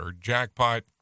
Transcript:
jackpot